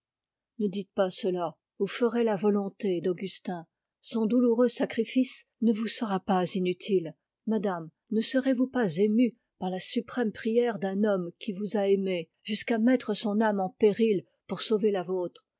ne dites pas cela vous ferez la volonté d'augustin son douloureux sacrifice ne vous sera pas inutile madame ne serez-vous pas émue par la suprême prière d'un homme qui vous a aimée jusqu'à mettre son âme en péril pour sauver la vôtre